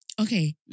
Okay